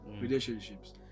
relationships